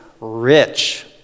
rich